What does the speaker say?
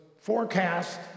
forecast